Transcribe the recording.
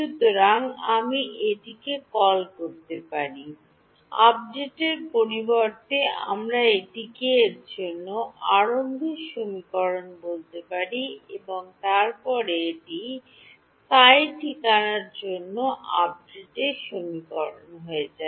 সুতরাং আপনি এটিকে কল করতে পারেন আপডেটের পরিবর্তে আমরা এটিকে এর জন্য আরম্ভের সমীকরণ বলতে পারি এবং তারপরে এটি Ψ ঠিকানার জন্য আপডেট সমীকরণ হয়ে যায়